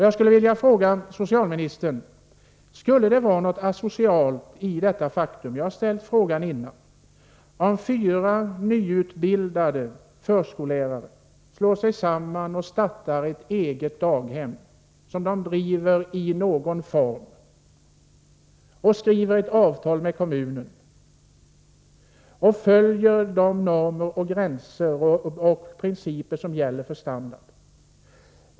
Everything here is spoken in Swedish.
Jag skulle vilja fråga socialministern: Skulle det vara något asocialt — jag har ställt frågan tidigare — om fyra nyutbildade förskollärare slog sig samman och startade ett eget daghem som de drev i någon form och skrev ett avtal med kommunen om att följa de normer, gränser och principer som gäller som standard?